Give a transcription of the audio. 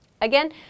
Again